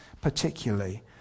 particularly